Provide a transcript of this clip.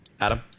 adam